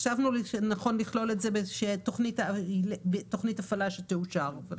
חשבנו שנכון לכלול את זה באיזושהי תוכנית הפעלה שתאושר.